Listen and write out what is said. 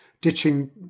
ditching